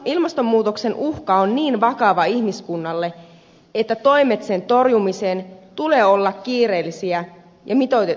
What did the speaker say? ilmastonmuutoksen uhka ihmiskunnalle on niin vakava että toimien sen torjumiseen tulee olla kiireellisiä ja mitoitukseltaan riittäviä